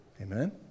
Amen